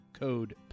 code